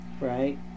right